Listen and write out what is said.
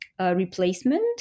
Replacement